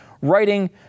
writing